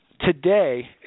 today